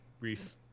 Reese